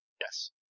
Yes